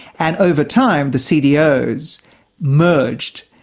and over time, the cdos merged,